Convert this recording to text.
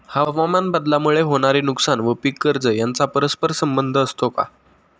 हवामानबदलामुळे होणारे नुकसान व पीक कर्ज यांचा परस्पर संबंध असतो का?